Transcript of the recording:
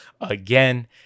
again